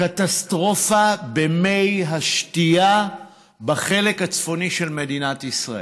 קטסטרופה במי השתייה בחלק הצפוני של מדינת ישראל.